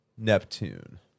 Neptune